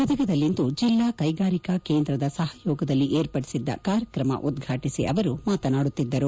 ಗದಗದಲ್ಲಿಂದು ಜಿಲ್ಲಾ ಕೈಗಾರಿಕಾ ಕೇಂದ್ರದ ಸಹಯೋಗದಲ್ಲಿ ಏರ್ಪಡಿಸಿದ್ದ ಕಾರ್ಯಕ್ರಮ ಉದ್ವಾಟಿಸಿ ಅವರು ಮಾತನಾಡುತ್ತಿದ್ದರು